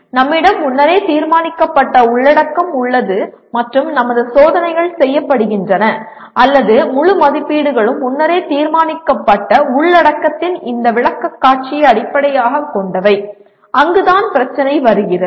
நம்மிடம் முன்னரே தீர்மானிக்கப்பட்ட உள்ளடக்கம் உள்ளது மற்றும் நமது சோதனைகள் செய்யப்படுகின்றன அல்லது முழு மதிப்பீடுகளும் முன்னரே தீர்மானிக்கப்பட்ட உள்ளடக்கத்தின் இந்த விளக்கக்காட்சியை அடிப்படையாகக் கொண்டவை அங்கு தான் பிரச்சினை வருகிறது